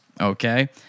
Okay